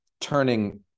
turning